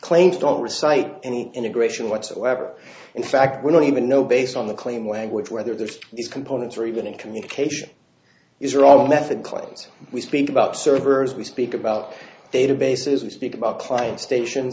claims don't recite any integration whatsoever in fact we don't even know based on the claim language where the its components are even in communication is wrong method claims we speak about servers we speak about databases we speak about client station